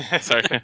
Sorry